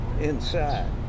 inside